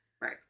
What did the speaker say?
right